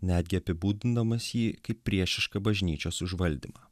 netgi apibūdindamas jį kaip priešišką bažnyčios užvaldymą